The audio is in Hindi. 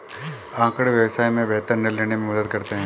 आँकड़े व्यवसाय में बेहतर निर्णय लेने में मदद करते हैं